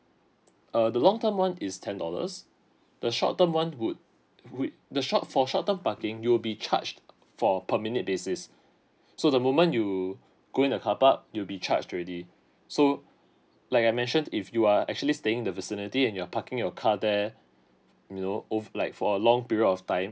uh the long term one is ten dollars the short term one would would the short for short term parking you will be charged for per minute basis so the moment you go in the car park you will be charged already so like I mention if you are actually staying the vicinity and your parking your car there you know ov~ like for a long period of time